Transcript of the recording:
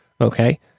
okay